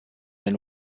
and